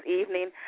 evening